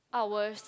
hours